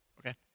Okay